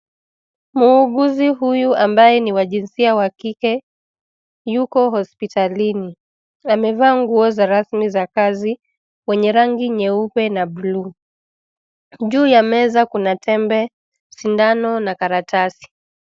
Muuguzi huyu ambaye ni wa jinsia wa kike, yuko hospitalini. Amevaa nguo za rasmi za kazi wenye rangi nyeupe na bluu. Juu ya meza kuna tembe, sindano na karatasi.